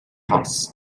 post